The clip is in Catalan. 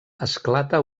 esclata